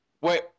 Wait